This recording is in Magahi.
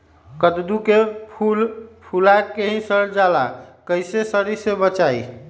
कददु के फूल फुला के ही सर जाला कइसे सरी से बचाई?